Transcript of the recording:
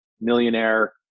millionaire